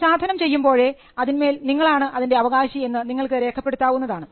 പ്രസാധനം ചെയ്യുമ്പോഴേ അതിന്മേൽ നിങ്ങളാണ് അതിൻറെ അവകാശി എന്ന് നിങ്ങൾക്ക് രേഖപ്പെടുത്താവുന്നതാണ്